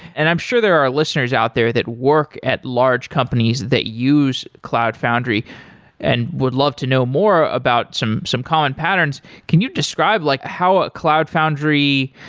and i'm sure there are listeners out there that work at large companies that use cloud foundry and would love to know more about some some common patterns. can you describe like how a cloud foundry,